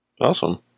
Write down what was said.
Awesome